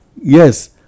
yes